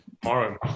Tomorrow